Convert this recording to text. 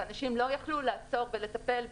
ואנשים לא יכלו לעצור ולטפל,